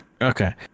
Okay